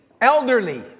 elderly